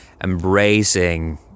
embracing